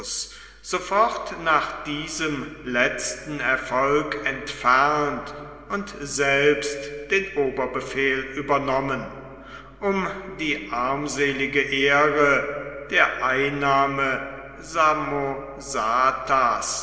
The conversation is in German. sofort nach diesem letzten erfolg entfernt und selbst den oberbefehl übernommen um die armselige ehre der einnahme